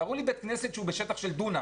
תראו לי בית כנסת שהוא בשטח של דונם.